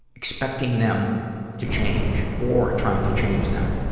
expecting them to change or trying to change them.